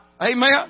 amen